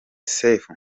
sefu